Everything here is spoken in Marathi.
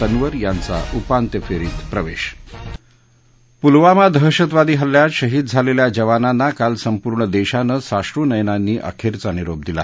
तन्वर यांचा उपांत्यफेरीत प्रवेश पुलवामा दहशतवादी हल्ल्यात शहीद झालेल्या जवानांना काल संपूर्ण देशानं साश्रूनयनांनी अखेरचा निरोप दिला